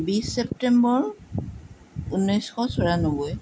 বিছ চেপ্তেম্বৰ ঊনৈছশ চৌৰান্নব্বৈ